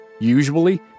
Usually